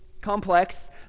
complex